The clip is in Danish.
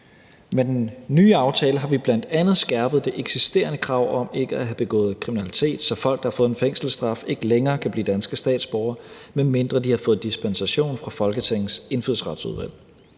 Med den nye aftale har vi bl.a. skærpet det eksisterende krav om ikke at have begået kriminalitet, så folk, der har fået en fængselsstraf, ikke længere kan blive danske statsborgere, medmindre de har fået dispensation fra Folketingets Indfødsretsudvalg.